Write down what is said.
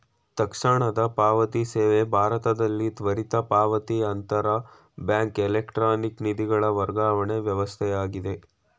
ತಕ್ಷಣದ ಪಾವತಿ ಸೇವೆ ಭಾರತದಲ್ಲಿ ತ್ವರಿತ ಪಾವತಿ ಅಂತರ ಬ್ಯಾಂಕ್ ಎಲೆಕ್ಟ್ರಾನಿಕ್ ನಿಧಿಗಳ ವರ್ಗಾವಣೆ ವ್ಯವಸ್ಥೆಯಾಗಿದೆ